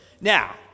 Now